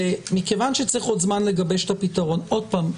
מכיוון שצריך עוד זמן לגבש את הפתרון עוד פעם,